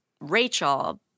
Rachel